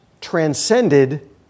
transcended